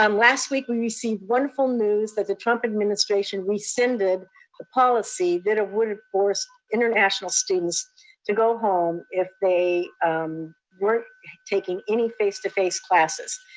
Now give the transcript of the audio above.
um last week, we received wonderful news that the trump administration rescinded the policy, that it would force international students to go home if they weren't taking any face to face classes.